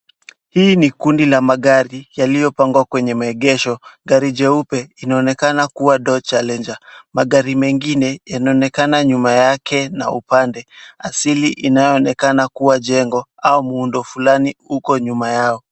Hii ni kundi la magari yaliyopangwa kwenye maegesho. Gari jeupe inaonekana kuwa door challenger .Magari mengine yanaonekana nyuma yake na upande asili inayoonekana kuwa jengo au muundo fulani huko nyuma yao.